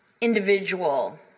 individual